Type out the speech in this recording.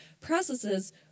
processes